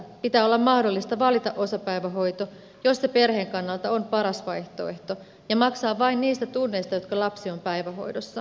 pitää olla mahdollista valita osapäivähoito jos se on perheen kannalta paras vaihtoehto ja maksaa vain niistä tunneista jotka lapsi on päivähoidossa